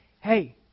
Hey